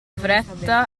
fretta